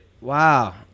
Wow